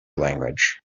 language